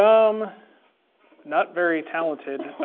um not very talented